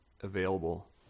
available